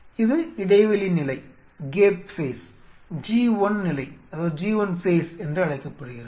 இது இடைவெளி நிலை G1 நிலை என்று அழைக்கப்படுகிறது